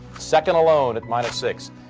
second alone at minus six.